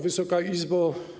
Wysoka Izbo!